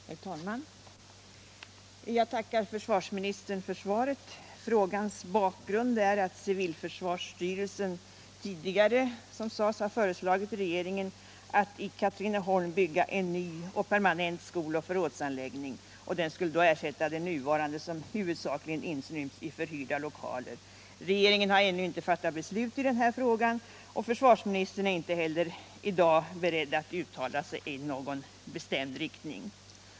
Herr talman! Jag tackar försvarsministern för svaret. Frågans bakgrund är som sagt att civilförsvarsstyrelsen tidigare föreslagit regeringen att i Katrineholm bygga en ny och permanent skoloch förrådsanläggning. Den skulle ersätta den nuvarande, som huvudsakligen inryms i förhyrda lokaler. Regeringen har ännu icke fattat beslut i frågan, och försvarsministern är inte heller beredd att i dag uttala sig i någon bestämd riktning.